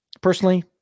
personally